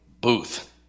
booth